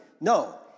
No